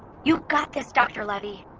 you got this doctor levy